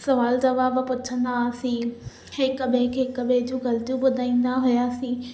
सवाल जवाब पुछंदा हुआसीं हिक ॿिए खे हिकु ॿिए जूं ग़लतियूं ॿुधाईंदा हुआसीं